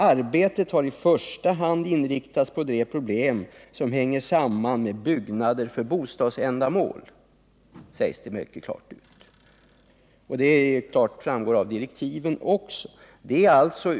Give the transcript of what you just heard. Arbetet har i första hand inriktats på de problem som hänger samman med byggnader för bostadsändamål.” Att utredningsuppdraget gällde detta framgår också av direktiven.